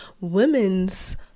Women's